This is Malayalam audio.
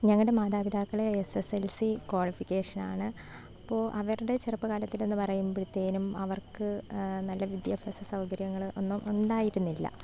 ഞങ്ങളുടെ മാതാപിതാക്കളെ S S L C qualification ആണ് അപ്പോൾ അവരുടെ ചെറുപ്പകാലത്തിൽ എന്ന് പറയുമ്പോഴത്തേനും അവർക്ക് നല്ല വിദ്യാഭ്യാസ സൗകര്യങ്ങൾ ഒന്നും ഉണ്ടായിരുന്നില്ല